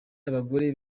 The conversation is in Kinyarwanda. abagore